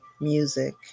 music